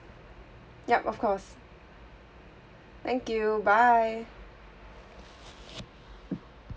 yup of course thank you bye